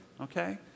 okay